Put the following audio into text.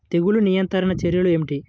తెగులు నియంత్రణ చర్యలు ఏమిటి?